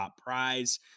prize